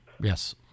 Yes